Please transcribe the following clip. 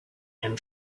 and